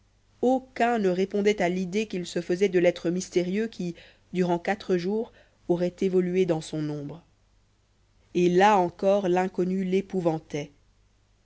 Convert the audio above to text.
aucun ne répondait à l'idée qu'il se faisait de l'être mystérieux qui durant quatre jours aurait évolué dans son ombre et là encore l'inconnu l'épouvantait